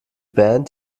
band